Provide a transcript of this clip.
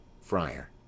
Friar